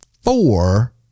four